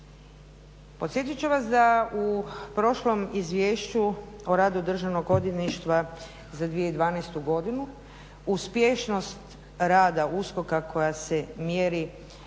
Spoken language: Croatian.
Podsjetit ću vas da u prošlom Izvješću o radu Državnog odvjetništva za 2012. godinu uspješnost rada USKOK-a koja se mjeri